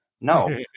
No